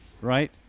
right